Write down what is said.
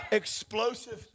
explosive